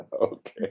Okay